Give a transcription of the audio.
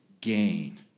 gain